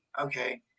Okay